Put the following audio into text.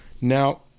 now